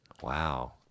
Wow